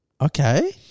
Okay